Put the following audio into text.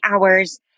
hours